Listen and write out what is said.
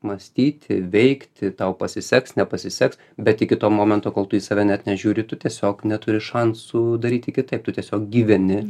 mąstyti veikti tau pasiseks nepasiseks bet iki to momento kol tu į save net nežiūri tu tiesiog neturi šansų daryti kitaip tu tiesiog gyveni